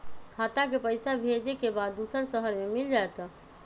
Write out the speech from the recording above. खाता के पईसा भेजेए के बा दुसर शहर में मिल जाए त?